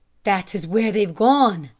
that is where they've gone.